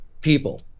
people